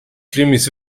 krimis